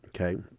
okay